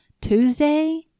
Tuesday